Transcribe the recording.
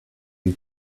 you